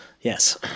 Yes